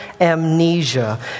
amnesia